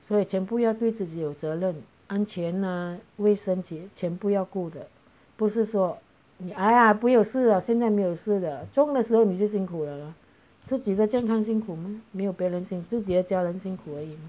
所以全部要对自己有责任安全那卫生全部要顾的不是说你哎呀不会有事啊现在没有似的重的时候你就辛苦了自己的健康辛苦没有别人辛自己的家人辛苦而已